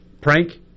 prank